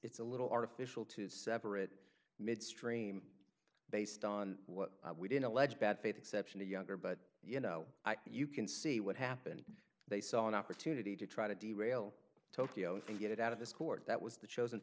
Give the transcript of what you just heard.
it's a little artificial to separate midstream based on what we did allege bad faith exception to younger but you know you can see what happened they saw an opportunity to try to derail tokyo thing get it out of this court that was the chosen